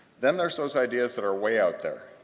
then there's those ideas that are way out there.